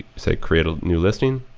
say create a new listing,